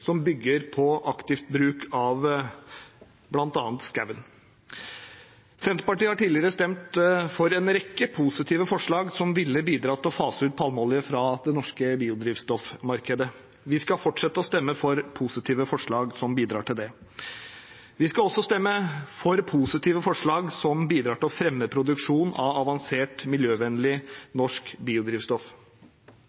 som bygger på aktiv bruk av bl.a. skogen. Senterpartiet har tidligere stemt for en rekke positive forslag som ville ha bidratt til å fase ut palmeolje fra det norske biodrivstoffmarkedet. Vi skal fortsette å stemme for positive forslag som bidrar til det. Vi skal også stemme for positive forslag som bidrar til å fremme produksjon av avansert, miljøvennlig